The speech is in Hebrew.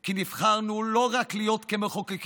כי נבחרנו לא רק להיות מחוקקים